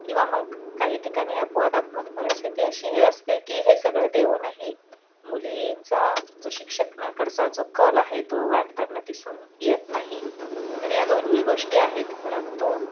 किंवा मग काही ठिकाणी अपवादात्मक परिस्थिती अशीही असते की हे सगळं देऊनही मुलींचा जो शिक्षणाकडचा जो कल आहे तो वाढताना दिसून येत नाही तर या दोन्ही गोष्टी आहेत परंतु